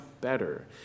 better